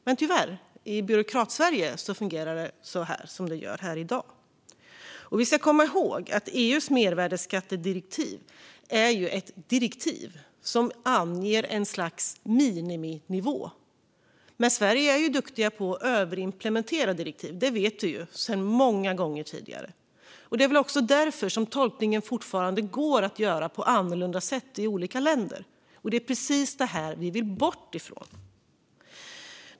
Men i Byråkratsverige fungerar det tyvärr så här. Vi ska komma ihåg att EU:s mervärdesskattedirektiv anger ett slags miniminivå. Men i Sverige är vi duktiga på att överimplementera direktiv - det har vi sett många gånger tidigare. Det beror väl på att det fortfarande går att göra olika tolkningar i olika länder, och det är precis detta vi vill bort från.